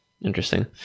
Interesting